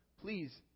Please